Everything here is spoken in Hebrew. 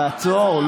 תעצור.